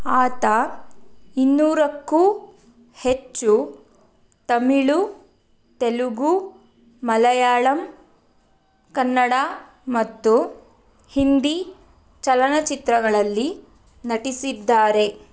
ಆತ ಇನ್ನೂರಕ್ಕೂ ಹೆಚ್ಚು ತಮಿಳು ತೆಲುಗು ಮಲಯಾಳಂ ಕನ್ನಡ ಮತ್ತು ಹಿಂದಿ ಚಲನಚಿತ್ರಗಳಲ್ಲಿ ನಟಿಸಿದ್ದಾರೆ